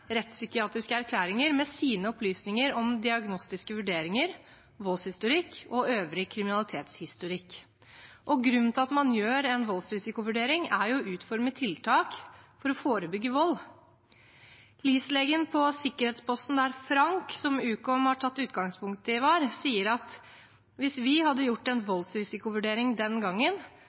rettspsykiatriske erklæringer med sine opplysninger om diagnostiske vurderinger, voldshistorikk og øvrig kriminalitetshistorikk. Grunnen til at man gjør en voldsrisikovurdering, er jo at man skal utforme tiltak for å forebygge vold. LIS-legen på sikkerhetsposten der Frank – som Ukom har tatt utgangspunkt i – var, sier: «Hvis vi hadde gjort det [voldsrisikovurdering] den gangen,